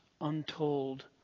untold